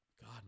God